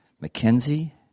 Mackenzie